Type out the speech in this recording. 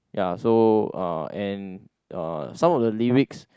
ya so uh and uh some of the lyrics